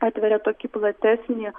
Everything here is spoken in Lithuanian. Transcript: atveria tokį platesnį